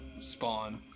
spawn